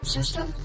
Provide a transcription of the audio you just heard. System